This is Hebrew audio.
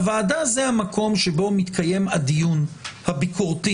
הוועדה זה המקום שבו מתקיים הדיון הביקורתי.